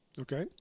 Okay